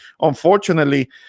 unfortunately